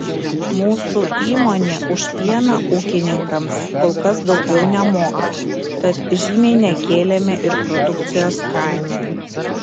mūsų įmonė už pieną ūkininkams kol kas daugiau nemoka tad žymiai nekėlėme ir produkcijos kainų